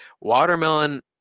Watermelon